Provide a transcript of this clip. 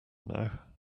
now